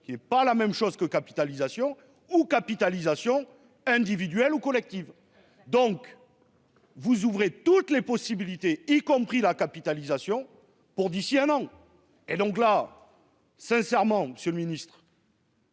Qui est pas la même chose que capitalisation ou capitalisation individuelle ou collective, donc. Vous ouvrez toutes les possibilités y compris la capitalisation pour d'ici un an. Et donc là. Sincèrement, Monsieur le Ministre.